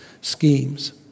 schemes